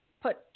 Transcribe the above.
put